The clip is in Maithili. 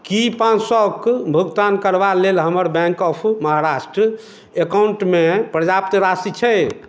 की पाॅंच सए कऽ भुगतान करबा लेल हमर बैंक ऑफ महाराष्ट्र अकाउंटमे पर्याप्त राशि छै